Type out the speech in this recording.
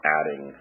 adding